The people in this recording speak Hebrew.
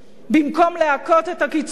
במקום להכות את הקיצונים,